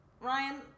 ryan